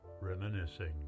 reminiscing